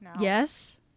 yes